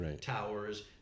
towers